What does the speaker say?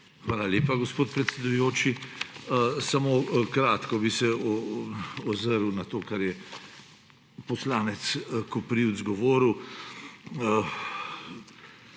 Hvala lepa, gospod predsedujoči. Samo na kratko bi se ozrl na to, kar je poslanec Koprivc govoril.